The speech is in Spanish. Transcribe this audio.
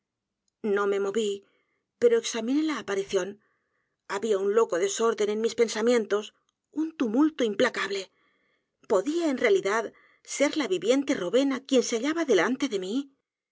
no me moví pero examiné la aparición había un loco desorden en mis pensamientos un tumulto implacable podía en realidad ser la viviente rowena quien se hallaba delante de mí